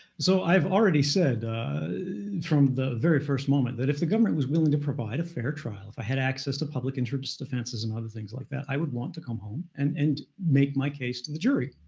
so i have already said from the very first moment, that if the government was willing to provide a fair trial, if i had access to public interest defenses and other things like that, i would want to come home and and make my case to the jury.